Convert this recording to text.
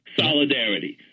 solidarity